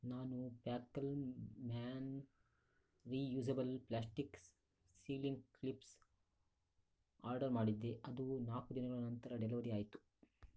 ನಾನು Packlman reusable plastics sealing clips order ಮಾಡಿದ್ದೆ ಅದು ನಾಲ್ಕು ದಿನಗಳ ನಂತರ ಡೆಲಿವರಿ ಆಯಿತು